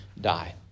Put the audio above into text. die